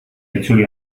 itzuli